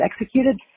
executed